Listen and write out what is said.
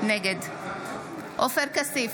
נגד עופר כסיף,